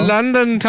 London